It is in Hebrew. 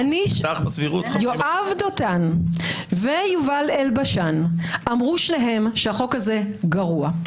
יואב דותן ויובל אלבשן אמרו שניהם שהחוק הזה גרוע.